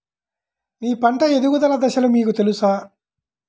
మీ పంట ఎదుగుదల దశలు మీకు తెలుసా?